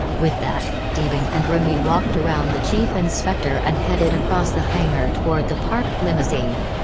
with that, teabing and remy walked around the chief inspector and headed across the hangar toward the parked limousine.